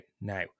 now